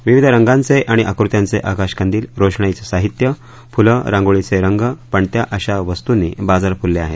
विविध रंगांचे आणि आकृत्यांचे आकाशकंदील रोषणाईच साहित्य फ़ुलं रांगोळीचे रंग पणत्या अशा वस्तंनी बाजार फुलले आहेत